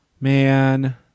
Man